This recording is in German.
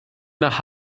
nach